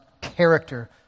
character